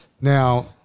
Now